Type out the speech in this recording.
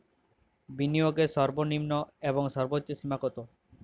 বিনিয়োগের সর্বনিম্ন এবং সর্বোচ্চ সীমা কত?